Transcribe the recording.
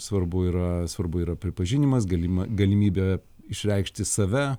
svarbu yra svarbu yra pripažinimas galima galimybė išreikšti save